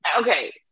Okay